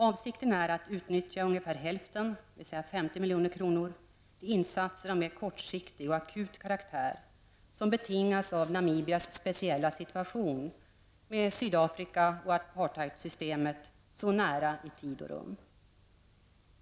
Avsikten är att utnyttja ungefär hälften, dvs. 50 milj.kr., till insatser av mer kortsiktig och akut karaktär som betingas av Namibias speciella situation med Sydafrika och apartheidsystemet så nära i tid och rum.